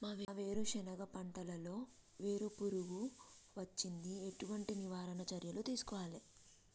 మా వేరుశెనగ పంటలలో వేరు పురుగు వచ్చింది? ఎటువంటి నివారణ చర్యలు తీసుకోవాలే?